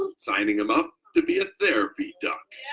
signing him up to be a therapy duck.